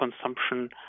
consumption